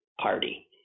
party